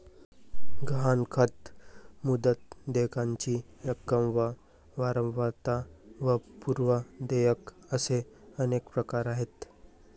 गहाणखत, मुदत, देयकाची रक्कम व वारंवारता व पूर्व देयक असे अनेक प्रकार आहेत